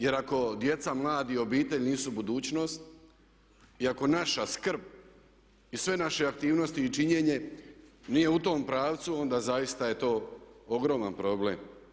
Jer ako djeca, mladi i obitelj nisu budućnost i ako naša skrb i sve naše aktivnosti i činjenje nije u tom pravcu onda zaista je to ogroman problem.